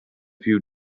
few